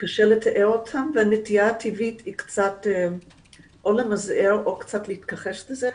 וקשה לתאר אותם והנטייה הטבעית היא או למזער או קצת להתכחש לזה.